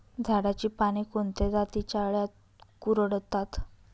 झाडाची पाने कोणत्या जातीच्या अळ्या कुरडतात?